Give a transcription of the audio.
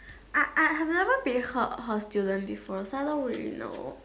I I have never been her her student before so I don't really know